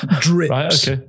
drips